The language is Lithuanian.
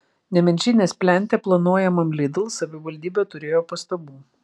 nemenčinės plente planuojamam lidl savivaldybė turėjo pastabų